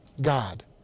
God